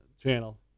channel